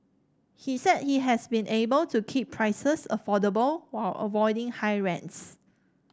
he said he has been able to keep prices affordable while avoiding high rents